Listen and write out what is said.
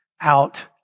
out